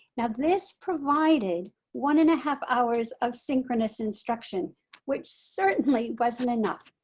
now this provided one and a half hours of synchronous instruction which certainly wasn't enough.